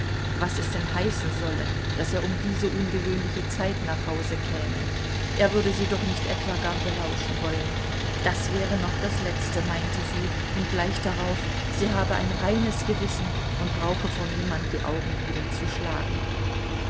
was es denn heißen solle daß er um diese ungewöhnliche zeit nach hause käme er würde sie doch nicht etwa gar belauschen wollen das wäre noch das letzte meinte sie und gleich darauf sie habe ein reines gewissen und brauche vor niemand die augen niederzuschlagen